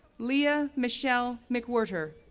leah michelle mcwhorter,